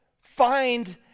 find